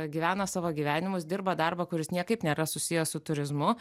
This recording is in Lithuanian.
gyvena savo gyvenimus dirba darbą kuris niekaip nėra susijęs su turizmu